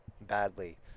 badly